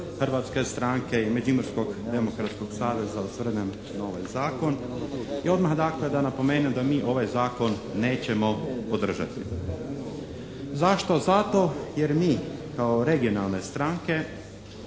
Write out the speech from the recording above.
hrvatske stranke i Međimurskog demokratskog saveza osvrnem na ovaj Zakon i odmah dakle da napomenem da mi ovaj Zakon nećemo podržati. Zašto? Zato jer mi kao regionalne stranke